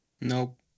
Nope